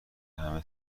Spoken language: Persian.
همه